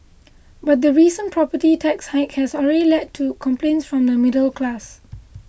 but the recent property tax hike has already led to complaints from the middle class